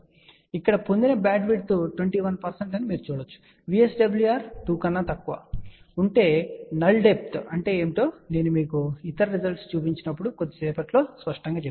ఇక్కడ పొందిన బ్యాండ్విడ్త్ 21 శాతం అని మీరు చూడవచ్చు VSWR 2 కన్నా తక్కువ ఉంటే నల్ డెప్త్ అంటే ఏమిటో నేను మీకు ఇతర రిజల్ట్స్ ను చూపించినప్పుడు కొద్దిసేపట్లో స్పష్టంగా తెలుస్తుంది